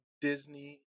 Disney